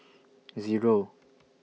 Zero